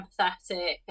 empathetic